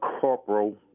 Corporal